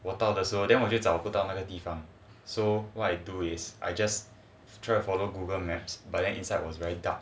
我到的时候 then 我就找不到那个地方 so what I do is I just try to follow Google maps but then inside was very dark